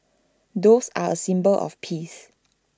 doves are A symbol of peace